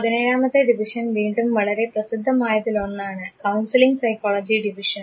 പതിനേഴാമത്തെ ഡിവിഷൻ വീണ്ടും വളരെ പ്രസിദ്ധമായ തിലൊന്നാണ് കൌൺസിലിംഗ് സൈക്കോളജി ഡിവിഷൻ